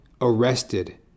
arrested